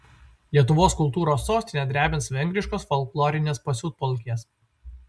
lietuvos kultūros sostinę drebins vengriškos folklorinės pasiutpolkės